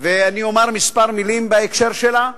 ואני אומר כמה מלים בהקשר שלה,